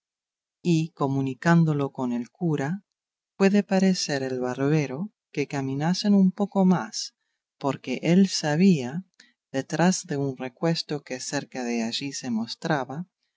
y comunicándolo con el cura fue de parecer el barbero que caminasen un poco más porque él sabía detrás de un recuesto que cerca de allí se mostraba